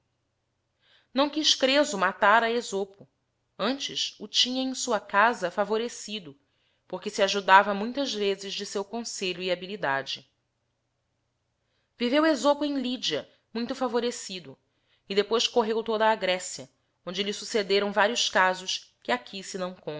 não quiz creso matar a esopo antes o tinha em sua casa favorecido porque se ajudava muitas vezes de seu conselho e habilidade yiveo esopo em lydia muito favorecido e depois correo toda a grécia onde ihe succedêrão vários casos que aqui se não